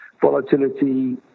volatility